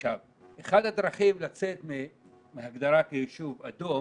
אחת הדרכים לצאת מהגדרה של יישוב אדום